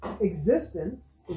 existence